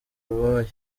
babaye